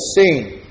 seen